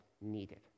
needed